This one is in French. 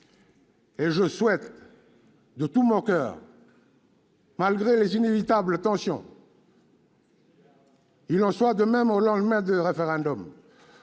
Et je souhaite de tout mon coeur que, malgré les inévitables tensions, il en soit de même au lendemain du référendum,